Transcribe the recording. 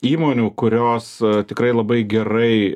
įmonių kurios tikrai labai gerai